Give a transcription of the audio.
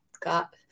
Got